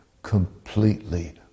Completely